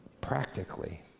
practically